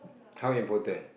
how important